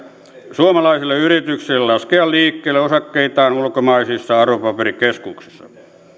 suomalaisille yrityksille laskea liikkeelle osakkeitaan ulkomaisissa arvopaperikeskuksissa